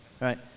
right